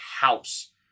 house